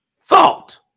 thought